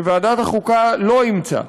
שוועדת החוקה לא אימצה,